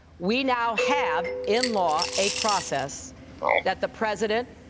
we now have in law a process that the president,